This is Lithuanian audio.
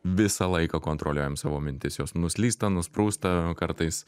visą laiką kontroliuojam savo mintis jos nuslysta nusprūsta kartais